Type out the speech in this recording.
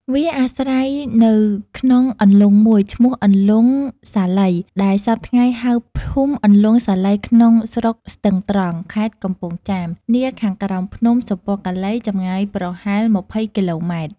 វាអាស្រ័យនៅក្នុងអន្លង់មួយឈ្មោះអន្លង់សាលី ដែលសព្វថ្ងៃហៅ ភូមិអន្លង់ សាលី ក្នុងស្រុកស្ទឹងត្រង់ ខេត្តកំពង់ចាម នាខាងក្រោមភ្នំ សុពណ៌កាឡី ចម្ងាយប្រហែល ២០ គីឡូម៉ែត្រ ។